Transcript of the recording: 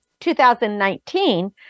2019